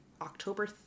October